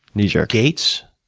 kneejerk. gates.